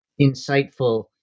insightful